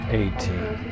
eighteen